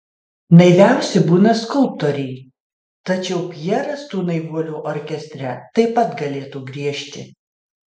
naiviausi būna skulptoriai tačiau pjeras tų naivuolių orkestre taip pat galėtų griežti